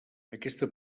aquesta